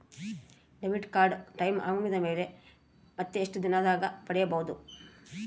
Debit card time ಮುಗಿದ ಮೇಲೆ ಮತ್ತೆ ಎಷ್ಟು ದಿನದಾಗ ಪಡೇಬೋದು?